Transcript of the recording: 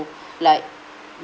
like